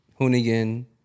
Hoonigan